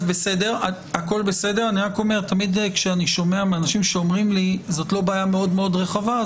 כשאני שומע אנשים שאומרים לי שזאת לא בעיה מאוד מאוד רחבה,